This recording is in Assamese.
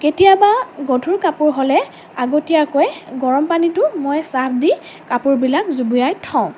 কেতিয়াবা গধুৰ কাপোৰ হ'লে আগতীয়াকৈ গৰম পানীতো মই চাৰ্ফ দি কাপোৰবিলাক জুবুৰিয়াই থওঁ